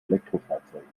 elektrofahrzeugen